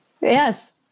Yes